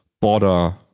border